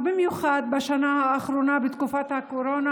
במיוחד בשנה האחרונה בתקופת הקורונה,